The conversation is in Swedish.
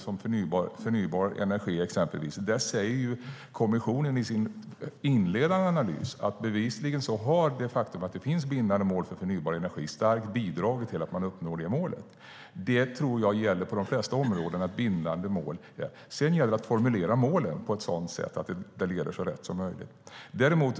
När det gäller förnybar energi säger kommissionen i sin inledande analys att det faktum att målen för förnybar energi är bindande bevisligen starkt har bidragit till att man uppnår målen. Detta tror jag gäller på de flesta områden. Sedan gäller det att formulera målen på ett sådant sätt att de leder så rätt som möjligt.